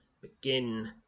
Begin